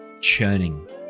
churning